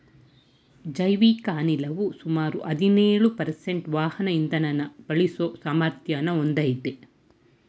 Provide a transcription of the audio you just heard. ಜೈವಿಕ ಅನಿಲವು ಸುಮಾರು ಹದಿನೇಳು ಪರ್ಸೆಂಟು ವಾಹನ ಇಂಧನನ ಬದಲಿಸೋ ಸಾಮರ್ಥ್ಯನ ಹೊಂದಯ್ತೆ